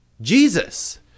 Jesus